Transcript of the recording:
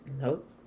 Nope